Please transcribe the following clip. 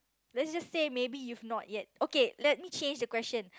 let's just say maybe if you not yet okay let me change the question